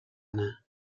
anna